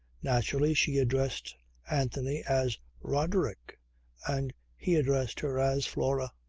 naturally she addressed anthony as roderick and he addressed her as flora.